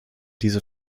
diese